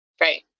Right